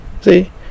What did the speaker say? See